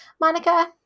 Monica